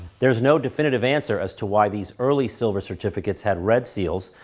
there's no definitive answer as to why these early silver certificates had red seals,